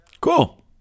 Cool